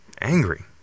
angry